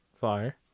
Fire